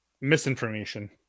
misinformation